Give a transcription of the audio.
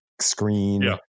screen